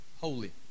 holy